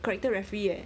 character referee leh